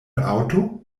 aŭto